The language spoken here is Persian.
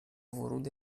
ورود